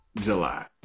July